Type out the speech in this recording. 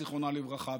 זיכרונם לברכה,